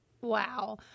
Wow